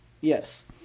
yes